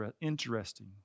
interesting